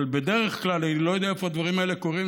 אבל בדרך כלל אני לא יודע איפה הדברים האלה קורים.